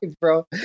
bro